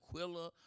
Aquila